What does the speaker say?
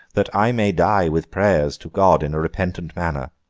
that i may die with prayers to god in a repentant manner